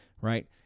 right